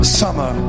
summer